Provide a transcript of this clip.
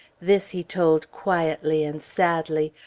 this he told quietly and sadly,